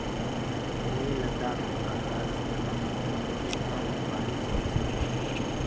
लेह लद्दाख आर राजस्थानत सबस कम बारिश ह छेक